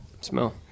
Smell